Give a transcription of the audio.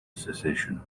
secession